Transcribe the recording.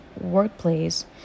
workplace